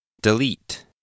Delete